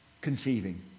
conceiving